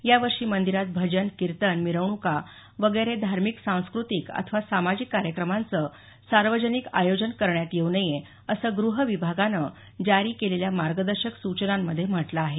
यावर्षी मंदिरात भजन कीर्तन मिरवणुका वगैरे धार्मिक सांस्कृतिक अथवा सामाजिक कार्यक्रमांचं सार्वजनिक आयोजन करण्यात येऊ नये असं ग्रहविभागानं जारी केलेल्या मार्गदर्शक सूचनांमध्ये म्हटलं आहे